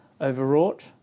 Overwrought